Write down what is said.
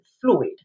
fluid